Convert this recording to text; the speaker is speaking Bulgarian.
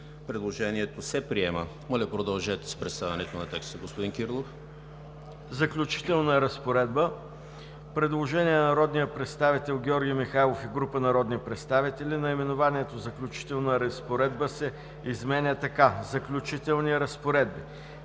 Предложението се приема. Моля, продължете с представянето на текста, господин Кирилов. ДОКЛАДЧИК ДАНАИЛ КИРИЛОВ: „Заключителна разпоредба“. Предложение на народния представител Георги Михайлов и група народни представители: „Наименованието „Заключителна разпоредба“ се изменя така: „Заключителни разпоредби“.“